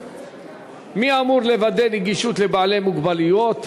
3. מי אמור לוודא נגישות לבעלי מוגבלויות?